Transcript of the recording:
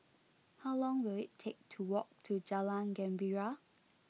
how long will it take to walk to Jalan Gembira